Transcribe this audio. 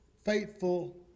faithful